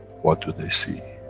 what do they see?